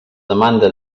demanda